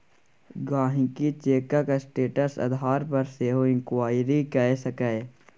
गांहिकी चैकक स्टेटस आधार पर सेहो इंक्वायरी कए सकैए